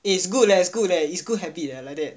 is good leh is good leh is good habit eh like that